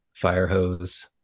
Firehose